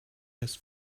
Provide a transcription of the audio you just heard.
has